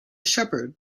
shepherd